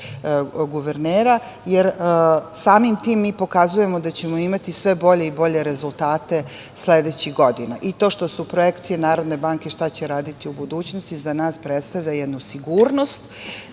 guvernera, jer samim tim mi pokazujemo da ćemo imati sve bolje i bolje rezultate sledećih godina i to što su projekcije Narodne banke šta će raditi u budućnosti za nas predstavlja jednu sigurnost